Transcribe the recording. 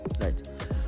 right